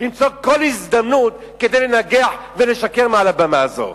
למצוא כל הזדמנות כדי לנגח ולשקר מעל הבמה הזו.